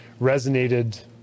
resonated